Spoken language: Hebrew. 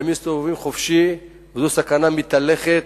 הם מסתובבים חופשי וזו סכנה מהלכת.